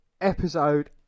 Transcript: episode